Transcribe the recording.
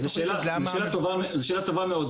זו שאלה טובה מאוד.